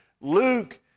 Luke